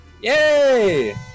Yay